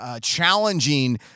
challenging